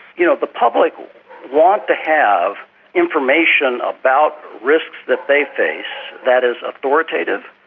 you know the public want to have information about risks that they face that is authoritative,